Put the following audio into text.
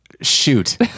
shoot